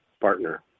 partner